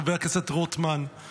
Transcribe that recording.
חבר הכנסת רוטמן,